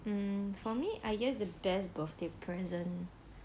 mm for me I guess the best birthday present